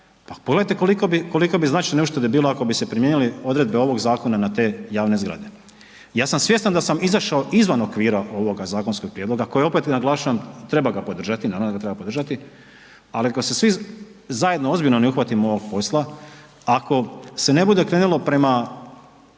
pa pogledajte koliko bi, koliko bi značajne uštede bilo ako bi se primijenili odredbe ovog zakona na te javne zgrade. Ja sam svjestan da sam izašao izvan okvira ovoga zakonskog prijedloga kojeg, opet naglašavam, treba ga podržati, naravno da ga treba podržati, ali ako se svi zajedno ozbiljno ne uhvatimo ovog posla, ako se ne bude krenulo prema